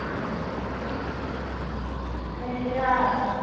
हॅं कहिये क्या हाल